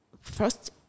first